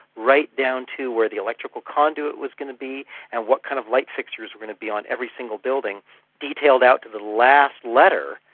right down to where the electrical conduit was going to be and what kind of light fixtures were going to be on every single building detailed out to the last letter.